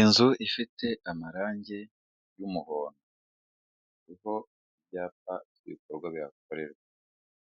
Inzu ifite amarange y'umuhondo, iriho ibyapa by'ibikorwa bihakorerwa,